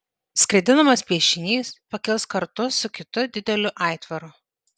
skraidinamas piešinys pakils kartu su kitu dideliu aitvaru